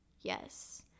yes